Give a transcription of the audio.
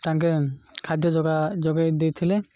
ତାଙ୍କେ ଖାଦ୍ୟ ଯୋଗା ଯୋଗାଇ ଦେଇଥିଲେ